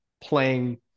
playing